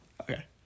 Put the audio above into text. Okay